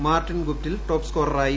Martin Guptill ടോപ്സ്കോററായി